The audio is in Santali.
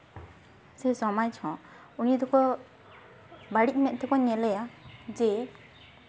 ᱥᱮ ᱥᱚᱢᱟᱡᱽ ᱦᱚᱸ ᱩᱱᱤ ᱫᱚᱠᱚ ᱵᱟᱹᱲᱤᱡ ᱢᱮᱸᱫ ᱛᱮᱠᱚ ᱧᱮᱞᱮᱭᱟ ᱡᱮ